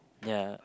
ya